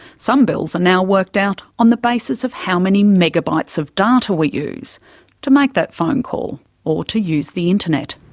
some bills are now worked out on the basis of how many megabytes of data we use to make that phone call or to use the internet.